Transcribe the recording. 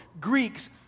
Greeks